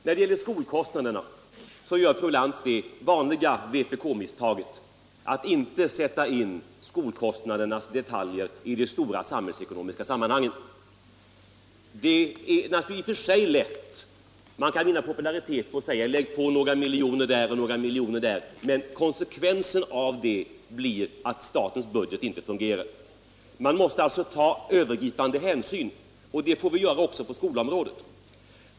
När det gäller skolkostnaderna gör fru Lantz det vanliga vpk-misstaget — hon sätter inte in skolkostnaderna i det stora samhällsekonomiska sammanhanget. Det är i och för sig lätt att säga — och man kan vinna popularitet på det — att vi skall lägga på några miljoner här och några miljoner där. Men man måste ta övergripande hänsyn, och det får vi göra också på skolområdet.